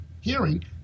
hearing